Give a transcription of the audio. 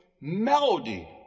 melody